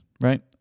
right